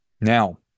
Now